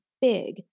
big